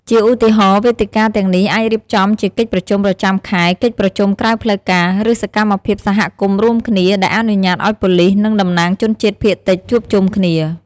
ជាឧទាហរណ៍ វេទិកាទាំងនេះអាចរៀបចំជាកិច្ចប្រជុំប្រចាំខែ កិច្ចប្រជុំក្រៅផ្លូវការ ឬសកម្មភាពសហគមន៍រួមគ្នា ដែលអនុញ្ញាតឲ្យប៉ូលិស និងតំណាងជនជាតិភាគតិចជួបជុំគ្នា។